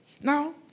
Now